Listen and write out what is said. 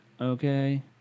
okay